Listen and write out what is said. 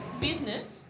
Business